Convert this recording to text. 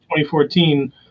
2014